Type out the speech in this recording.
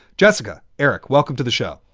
jessica, eric, welcome to the show.